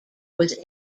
was